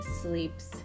sleeps